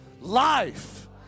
life